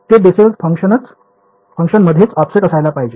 ते Bessel function मधलेच offset असायला पाहिजे